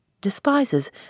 Despises